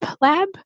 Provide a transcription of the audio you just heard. lab